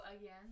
again